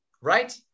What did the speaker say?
right